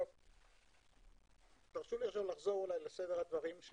אחזור לסדר הדברים,